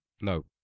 No